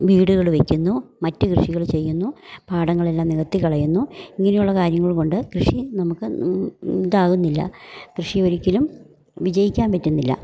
വീടുകള് വെക്കുന്നു മറ്റ് കൃഷികള് ചെയ്യുന്നു പാടങ്ങളെല്ലാം നികത്തി കളയുന്നു ഇങ്ങനെയുള്ള കാര്യങ്ങൾ കൊണ്ട് കൃഷി നമുക്ക് ഇതാകുന്നില്ല കൃഷി ഒരിക്കലും വിജയിക്കാൻ പറ്റുന്നില്ല